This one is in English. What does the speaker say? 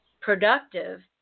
productive